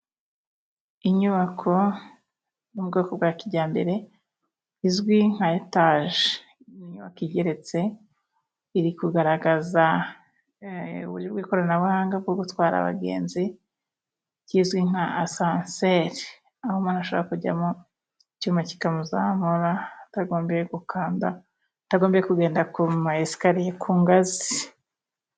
Inyubako yo mu bwoko bwa kijyambere izwi nka etaje, inyubako igeretse iri kugaragaza uburyo bw'ikoranabuhanga bwo gutwara abagenzi kizwi nka asanseri, aho umuntu ashobora kujyamo icyuma kikamuzamura, atagombeye gukanda atagombeye kugenda ku ma esicariye ku ngazi.